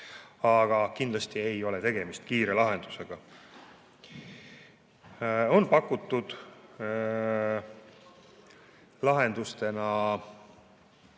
aga kindlasti ei ole tegemist kiire lahendusega. Lahendustena